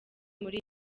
muri